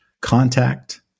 contact